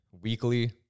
weekly